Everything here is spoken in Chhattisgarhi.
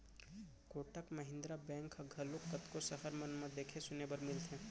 कोटक महिन्द्रा बेंक ह घलोक कतको सहर मन म देखे सुने बर मिलथे